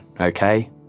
okay